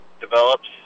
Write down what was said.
develops